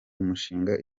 umushinga